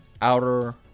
outer